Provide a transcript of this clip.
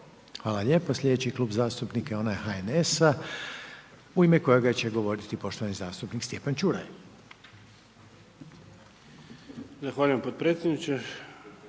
Hvala lijepa. Sljedeći Klub zastupnika je onaj HNS-a u ime kojeg će govoriti poštovani zastupnik Stjepan Čuraj, izvolite. **Čuraj,